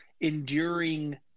enduring